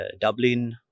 Dublin